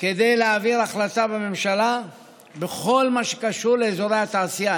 כדי להעביר החלטה בממשלה בכל מה שקשור לאזורי התעשייה.